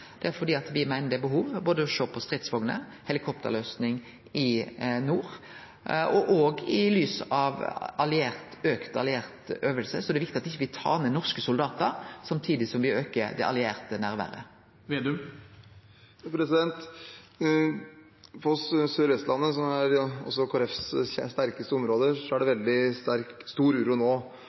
Det er fordi me meiner det er behov for å sjå på både stridsvogner og helikopterløysing i nord. Òg i lys av auka alliert øving er det viktig at me ikkje tar ned talet på norske soldatar samtidig som me aukar det allierte nærværet. På Sør-Vestlandet, som også er Kristelig Folkepartis sterkeste område, er det veldig stor uro nå